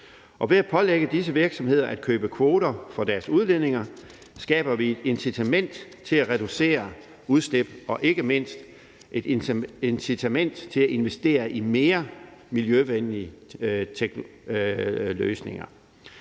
ved at pålægge disse virksomheder at købe kvoter for deres udledninger skaber vi et incitament til at reducere udslip og ikke mindst et incitament til at investere i mere miljøvenlige løsninger.